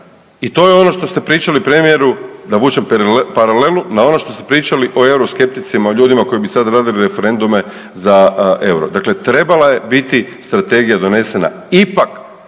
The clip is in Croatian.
I to je ono što ste pričali premijeru da vučem paralelu na ono što ste pričali o euroskepticima o ljudima koji bi sada radili referendume za EUR-o. Dakle, trebala je biti strategija donesena ipak